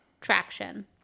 traction